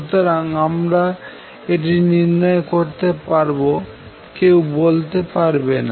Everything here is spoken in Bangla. সুতরাং আমরা এটি নির্ণয় করতে পারবো কেউ বলতে পারবে না